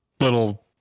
little